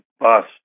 bust